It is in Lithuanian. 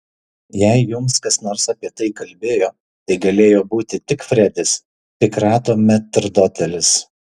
jei jums kas nors apie tai kalbėjo tai galėjo būti tik fredis pikrato metrdotelis